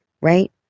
right